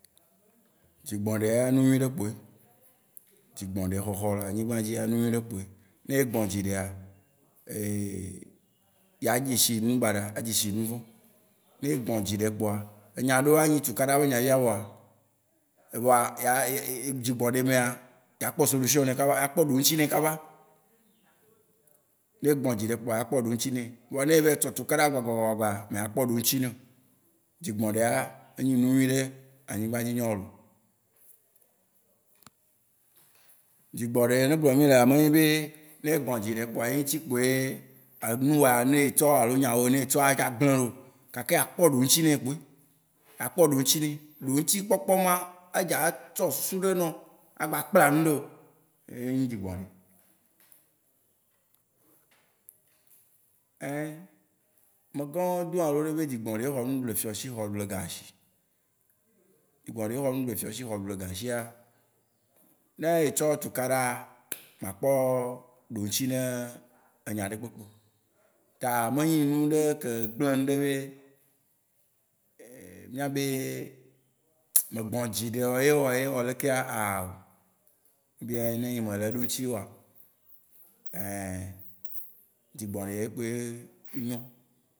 Dzi gbɔ̃ ɖɛa, nu nyuiɖe kpoe, dzi gbɔ̃ ɖɛ xɔxɔ le anyigbã dzia, nu nyuiɖe kpoe. Ne egbɔ̃ dzi ɖea, yea dze shi nu baɖa a dze shi nu vɔ. Ne egbɔ̃ dzi ɖɛ kpoa, enya ɖewo wó anyi tukaɖa be nya fia vɔa, vɔa eya dzi gbɔ̃ ɖɛ mea, yea kpɔ solution ne kaba, yea kpɔ ɖo ŋuti nɛ kaba. Ne egbɔ̃ dzi ɖɛ kpoa yea kpɔ ɖo ŋuti ne. Vɔa ne evayi tsɔ tukaɖa gba gba gba gba gba, meya akpɔ ɖo ŋuti neo. Dzi gbɔ̃ ɖɛa, enyi nu nyuiɖe le anyigba dzi nyo loo. Dzi gbɔ̃ ɖɛ yine gblɔm mielea, me nye be ne egbɔ dzi ɖɛ kpoa ye ŋutsi kpo ye enu wòa ne etsɔ alo nya wò ne etsɔa, dza gble yeo. Kake a kpɔ ɖo ŋuti nae kpoe. Akpɔ ɖo ŋuti ne. Ɖo ŋuti kpɔkpɔ ma, edza atsɔ susu ɖe na wò, a gba a kpla nuɖe wò. Eye nyi dzi gbɔ̃ ɖɛ. ame gã wó doa lo ɖe be dzi gbɔ̃ ɖɛ ye xɔ nu ɖu le e fiɔ si, xɔ ɖu le ga si. Dzi gbɔ̃ ɖɛ ye xɔ nu ɖu le fiɔ si xɔ ɖu le ga sia, ne etsɔ tukaɖaa, ma akpɔ ɖo ŋuti ne enya ɖe kpekpeo. Ta me nye nu ɖe ke gble nuɖe be mía be mè gbɔ̃ dzi ɖɛo ye wɔ ye wɔ lekea, awoo. dzi gbɔ ɖɛa, ye kpoe nyo.